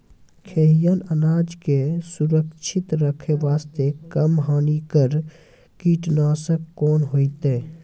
खैहियन अनाज के सुरक्षित रखे बास्ते, कम हानिकर कीटनासक कोंन होइतै?